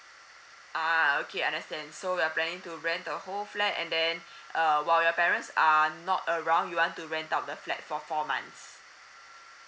a'ah okay understand so you are planning to rent the whole flat and then uh while your parents are not around you want to rent out the flat for four months